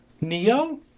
Neo